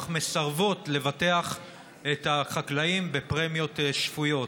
מסרבות לבטח את החקלאים בפרמיות שפויות.